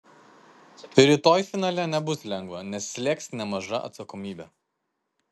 rytoj finale nebus lengva nes slėgs nemaža atsakomybė